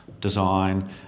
design